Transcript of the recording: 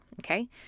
okay